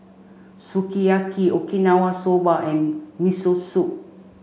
Sukiyaki Okinawa Soba and Miso Soup